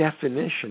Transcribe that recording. definition